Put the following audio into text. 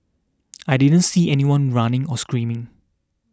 I didn't see anyone running or screaming